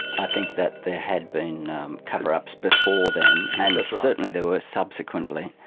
i think that there had been cover-ups before then, and certainly there were subsequently.